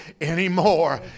anymore